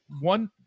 one